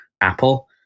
Apple